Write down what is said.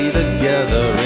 together